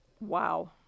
Wow